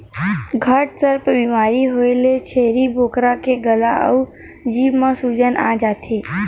घटसर्प बेमारी होए ले छेरी बोकरा के गला अउ जीभ म सूजन आ जाथे